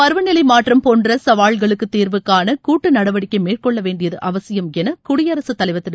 பருவநிலை மாற்றம் போன்ற சவால்களுக்கு தீர்வு காண கூட்டு நடவடிக்கை மேற்கொள்ள வேண்டியது அவசியம் என குடியரசுத் தலைவர் திரு